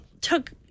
took